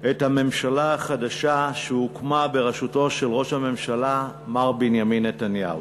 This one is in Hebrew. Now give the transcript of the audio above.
את הממשלה החדשה שהוקמה בראשותו של ראש הממשלה מר בנימין נתניהו.